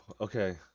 Okay